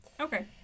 okay